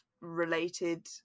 related